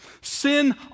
sin